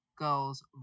girls